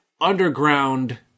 underground